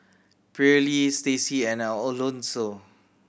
Pearly Staci and Alonso